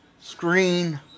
screen